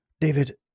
David